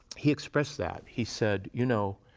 he expressed that he said, you know,